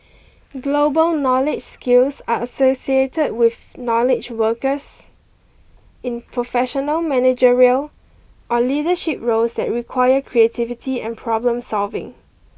global knowledge skills are associated with knowledge workers in professional managerial or leadership roles that require creativity and problem solving